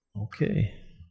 okay